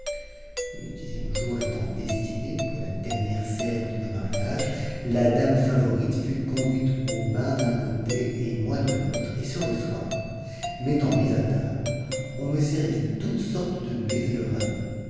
le dixième jour étant destiné pour la dernière cérémonie du mariage la dame favorite fut conduite au bain d'un côté et moi de l'autre et sur le soir m'étant mis à table on me servit toutes sortes de mets et de ragoûts